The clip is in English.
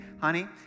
honey